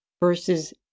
versus